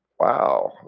wow